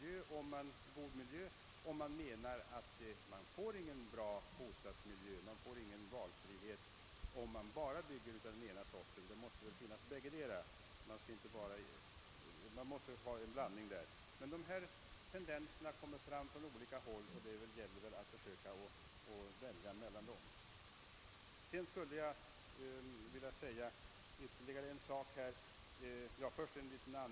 Det blir inte någon bra miljö och inte någon valfrihet ifall man endast bygger hus av den ena sorten. Det gäller väl att försöka finna någon medelväg. I interpellationssvaret sägs, att det på en hel del områden på regeringens initiativ har vidtagits en rad åtgärder.